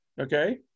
okay